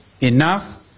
enough